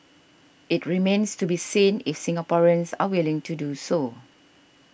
it remains to be seen if Singaporeans are willing to do so